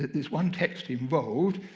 this one text involved,